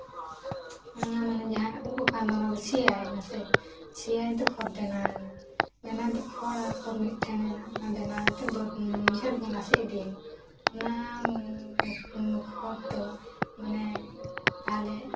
ᱦᱮᱸ ᱢᱟᱱᱮ ᱡᱟᱦᱟᱸ ᱩᱵ ᱟᱠᱟᱱ ᱫᱚ ᱚᱱᱟ ᱫᱚ ᱥᱮᱭᱟᱭ ᱱᱟᱥᱮ ᱥᱮᱭᱟᱭᱮᱱᱛᱮ ᱠᱷᱚᱛ ᱵᱮᱱᱟᱣᱮᱱᱟ ᱢᱮᱱᱟᱱ ᱫᱮ ᱠᱷᱚᱲ ᱟᱨ ᱠᱷᱚᱛ ᱢᱤᱫ ᱴᱷᱮᱱᱮᱱᱟ ᱱᱟᱸᱰᱮ ᱚᱱᱟᱛᱮ ᱡᱷᱮᱸᱴ ᱵᱚᱸᱜᱟ ᱥᱮᱡ ᱤᱫᱤ ᱦᱩᱭᱩᱜᱼᱟ ᱚᱱᱟ ᱠᱷᱚᱛ ᱫᱚ ᱢᱟᱱᱮ ᱛᱟᱦᱚᱞᱮ